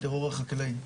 הטרור החקלאי.